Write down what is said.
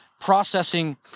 processing